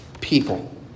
people